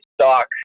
stock